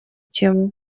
тему